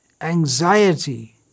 anxiety